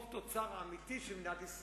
בשנתיים הקרובות,